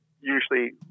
usually